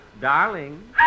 Darling